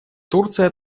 турция